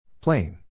Plain